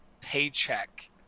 paycheck